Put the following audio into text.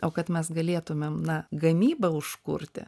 o kad mes galėtumėm na gamybą užkurti